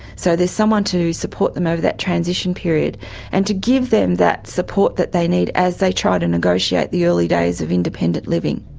so there's someone to support them over that transition period and to give them that support that they need as they try to negotiate the early days of independent living.